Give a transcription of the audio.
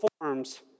forms